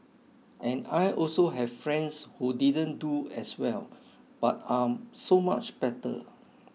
and I also have friends who didn't do as well but are so much better